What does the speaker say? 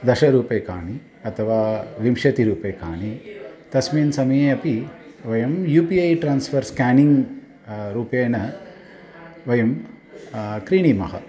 दशरूप्यकाणि अथवा विंशतिरूप्यकाणि तस्मिन् समये अपि वयं U P I transfer scanning रूपेण वयं क्रीणीमः